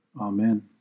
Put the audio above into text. Amen